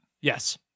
Yes